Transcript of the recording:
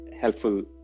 helpful